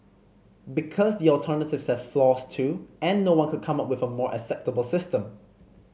because the alternatives have flaws too and no one could come up with a more acceptable system